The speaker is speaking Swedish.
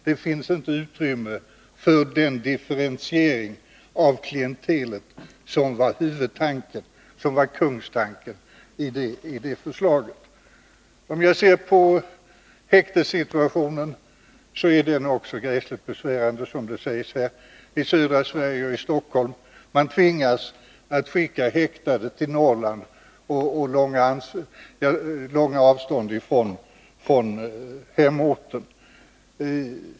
Det finns inte utrymme för den differentiering av klientelet som var kungstanken i den reformen. Häktessituationen är också gräsligt besvärande, som det sägs här, i södra Sverige och i Stockholm. Man tvingas skicka häktade till Norrland, och det blir långa avstånd till hemorten.